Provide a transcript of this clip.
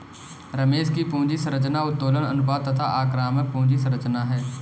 रमेश की पूंजी संरचना उत्तोलन अनुपात तथा आक्रामक पूंजी संरचना है